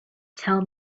tell